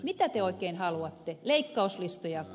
mitä te oikein haluatte leikkauslistojako